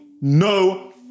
No